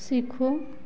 सीखो